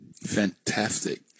Fantastic